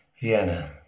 Vienna